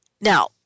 Now